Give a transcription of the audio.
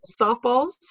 softballs